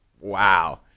wow